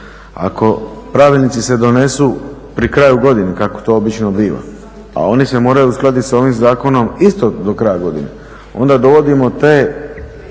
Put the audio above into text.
ako pravilnici se donesu pri kraju godine kako ti obično biva, a oni se moraju uskladiti s ovim zakonom isto do kraja godine, onda dovodimo ta faktoring